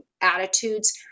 attitudes